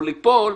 או ליפול,